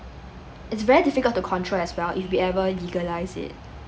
it's very difficult to control as well if we ever legalise it